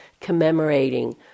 commemorating